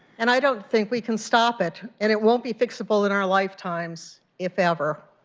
and i don't think we can stop it and it won't be fixable in our lifetimes if ever.